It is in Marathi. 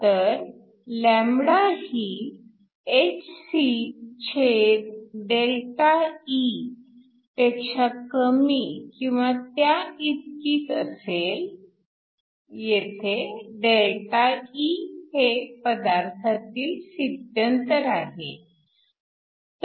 तर λ ही hcΔE पेक्षा कमी किंवा त्या इतकीच असेल येथे ΔE हे पदार्थातील स्थित्यंतर आहे